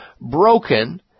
broken